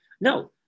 No